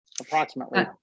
Approximately